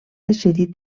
decidir